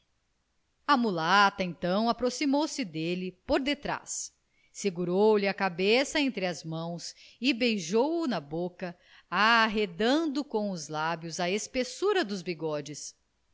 mulata então aproximou-se dele por detrás segurou lhe a cabeça entre as mãos e beijou-o na boca arredando com os lábios a espessura dos bigodes